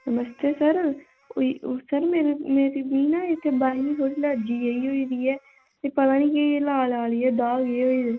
नमस्ते sir मेरी बाहीं च इक्क एलर्जी जन होई गेदी ऐ ते पता निं एह् लाल लाल जन दाग होई गेदे